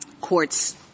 court's